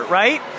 right